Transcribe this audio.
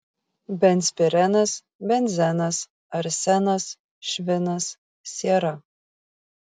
benzpirenas benzenas arsenas švinas siera